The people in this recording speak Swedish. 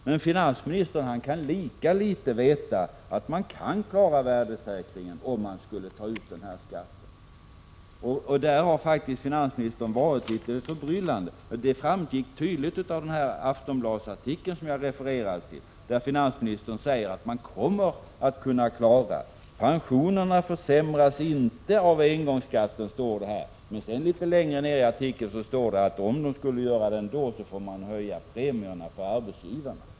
Men finansministern kan lika litet veta att man klarar värdesäkringen om man skulle ta ut den här skatten. På den punkten har finansministerns 43 uttalanden faktiskt varit litet förbryllande. Det framgick tydligt av den artikel i Aftonbladet som jag refererade till. Där säger finansministern att man kommer att klara det hela. Pensionerna försämras inte av engångsskatten, står det. Men litet längre ner i artikeln heter det att om de ändå skulle försämras får man höja premierna för arbetsgivarna.